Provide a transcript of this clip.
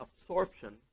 absorption